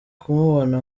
kumubona